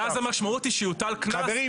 ואז המשמעות היא שיוטל קנס --- חברים,